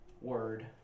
word